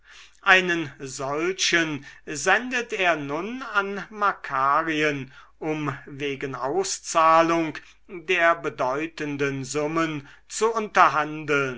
einen solchen sendet er nun an makarien um wegen auszahlung der bedeutenden summen zu unterhandeln